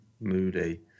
moody